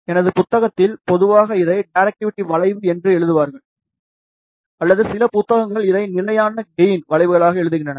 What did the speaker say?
எனவே புத்தகத்தில் பொதுவாக இதை டைரக்டிவிட்டி வளைவு என்று எழுதுவார்கள் அல்லது சில புத்தகங்கள் இதை நிலையான கெயின் வளைவுகளாக எழுதுகின்றன